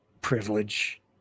privilege